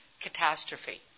catastrophe